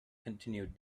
continued